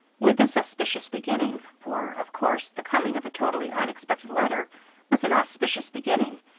with this auspicious beginning, for of course the coming of a totally unexpected letter was an auspicious beginning,